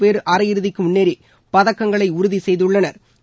போ் அரையிறுதிக்கு முன்னேறி பதக்கங்களை உறுதி செய்துள்ளனா்